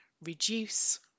reduce